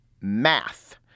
math